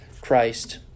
Christ